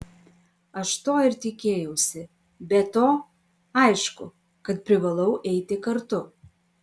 aš to ir tikėjausi be to aišku kad privalau eiti kartu